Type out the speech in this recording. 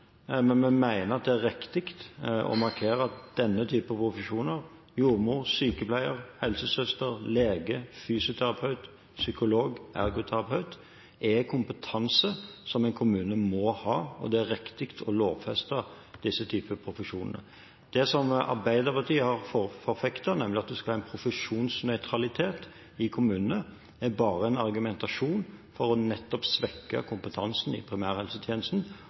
men vi mener det er riktig å markere at denne typen profesjoner – jordmor, sykepleier, helsesøster, lege, fysioterapeut, psykolog, ergoterapeut – er kompetanse som en kommune må ha, og at det er riktig å lovfeste denne typen profesjoner. Det som Arbeiderpartiet har forfektet, å ha en profesjonsnøytralitet i kommunene, er bare en argumentasjon for nettopp å svekke kompetansen i primærhelsetjenesten,